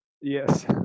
yes